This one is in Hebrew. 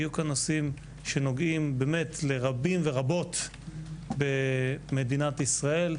יהיו כאן נושאים שנוגעים לרבים ורבות במדינת ישראל.